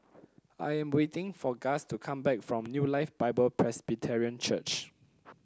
I am waiting for Gus to come back from New Life Bible Presbyterian Church